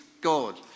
God